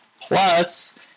plus